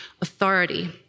authority